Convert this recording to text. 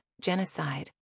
genocide